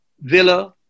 villa